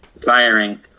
firing